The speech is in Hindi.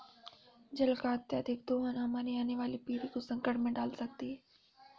जल का अत्यधिक दोहन हमारे आने वाली पीढ़ी को संकट में डाल सकती है